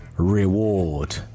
Reward